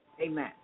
Amen